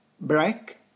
Break